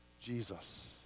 Jesus